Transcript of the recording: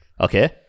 Okay